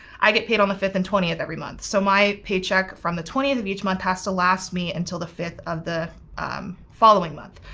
i get paid on the fifth and twentieth every month. so my paycheck from the twentieth of each month has to last me until the fifth of the following month.